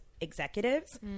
executives